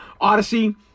Odyssey